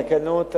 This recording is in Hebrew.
התקנות האלה,